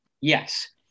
yes